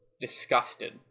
disgusted